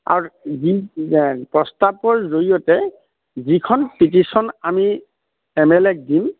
আৰু প্ৰস্তাৱৰ জৰিয়তে যিখন পিটিছন আমি এম এল এক দিম